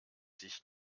sich